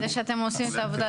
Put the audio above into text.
חברי הכנסת, אני שמח ששאלתם.